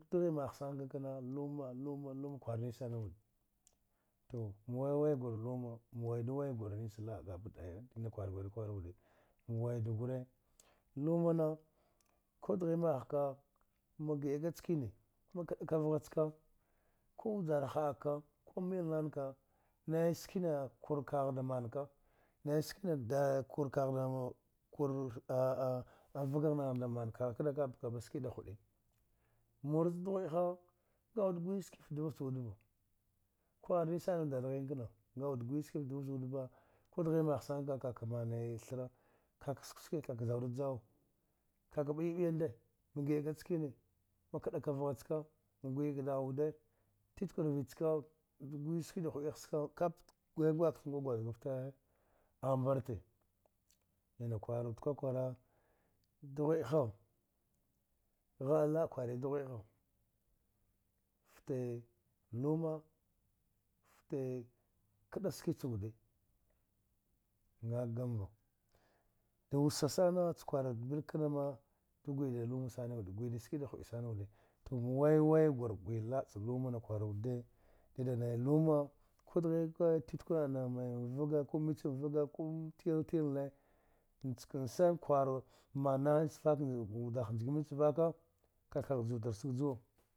Dighe maha sana ka, luma luma luma kwara nicene wuda, to ma wai wai gure luma ma wadu wai gwre nekenelaba gaba daya ni ne kwara gwire wudana wadu gwire, luma na kuda ma gida nickene ma kida ka vighaca ku vjaza ha haka, ku mililina ka, nay sikina kur ka da mana, kur vga naha kena kada bka da ski da hudi mur ca dughawede kha awuda gwaya ski fte deva ca wudeva kwar nicene wuda dadhine kena a wuda gwaya ski fte deva ca wuda va ku dihi da mahaka, vka mana thiru ka skwa ski ka, ka juwa ka biya biya ndi a kida ka vha chaka a gwaya da haya wuda rvi chaka jur gwiyu ski da hudi, ba dauka she gwazkafte brate ni na kwar wuda kwa kwara dughwede kha, hada laba kwire dughwede kha fte luma, fte kida ski e a wuda, a gma va wusa sana ca kura dluga kena ma ju guda luma sana wuda, gwiya ski da hudi, wai wai gure gwiya laba ca luma na kura wude did da nay luma ku diha titkwe ka vga, mbici vga, ku ma tile til na nickene sana kura manasa niji mane vka ka ju thra shiga